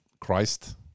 Christ